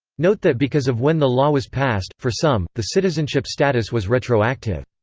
note that because of when the law was passed, for some, the citizenship status was retroactive.